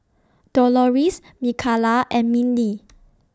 Doloris Mikalah and Mindi